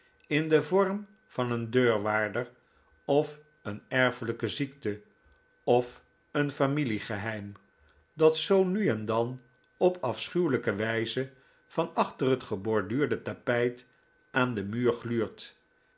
in den vorm van een deurwaarder of een erfelijke ziekte of een familie geheim dat zoo nu en dan op afschuwelijke wijze van achter het geborduurde tapijt aan den muur gluurt